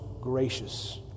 gracious